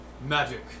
Magic